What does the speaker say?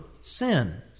sin